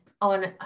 on